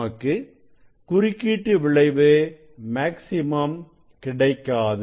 நமக்கு குறுக்கீட்டு விளைவு மேக்ஸிமம் கிடைக்காது